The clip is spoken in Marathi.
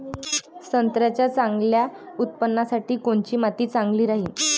संत्र्याच्या चांगल्या उत्पन्नासाठी कोनची माती चांगली राहिनं?